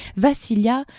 Vassilia